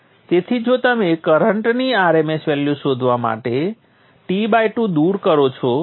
તેથી જો તમે કરંટની rms વેલ્યુ શોધવા માટે T2 દૂર કરો છો